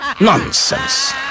Nonsense